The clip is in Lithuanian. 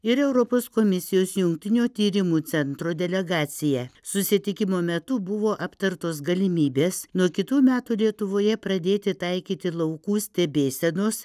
ir europos komisijos jungtinio tyrimų centro delegacija susitikimo metu buvo aptartos galimybės nuo kitų metų lietuvoje pradėti taikyti laukų stebėsenos